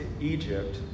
Egypt